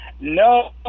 No